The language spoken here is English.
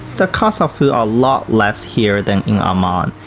the cost of food are lot less here than in amman.